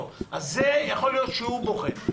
ואת זה יכול להיות שהוא בוחן.